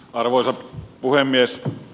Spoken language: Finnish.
arvoisa puhemies